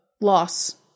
loss